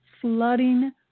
flooding